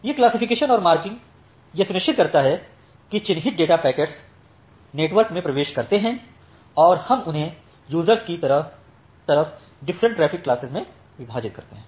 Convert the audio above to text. यह क्लासिफिकेशन और मार्किंग यह सुनिश्चित करता है कि चिह्नित डेटा पैकेट्स नेटवर्क में प्रवेश करते हैं और हम उन्हें यूज़र्स की तरह डिफरेंट ट्रैफिक क्लासेस में विभाजित करते हैं